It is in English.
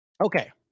Okay